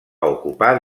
ocupar